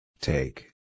Take